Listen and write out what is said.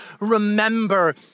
remember